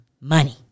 Money